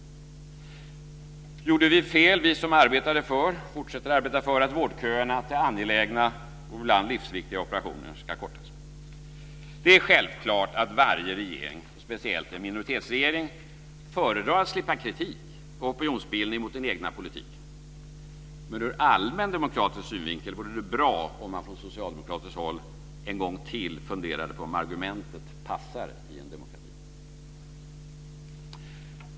Gjorde vi fel, vi som arbetade för, och fortsätter att arbeta för, att vårdköerna till angelägna och ibland livsviktiga operationer ska kortas? Det är självklart att varje regering, och speciellt en minoritetsregering, föredrar att slippa kritik och opinionsbildning mot den egna politiken, men ur allmän demokratisk synvinkel vore det bra om Socialdemokraterna en gång till funderade på om argumentet passar i en demokrati.